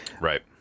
Right